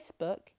Facebook